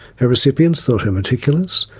her recipients thought her meticulous,